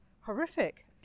horrific